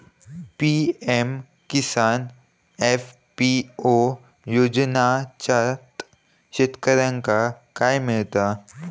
PM Kisan FPO योजनाच्यात शेतकऱ्यांका काय मिळता?